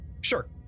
Sure